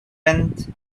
end